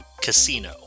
casino